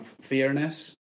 fairness